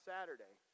Saturday